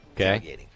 Okay